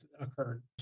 occurred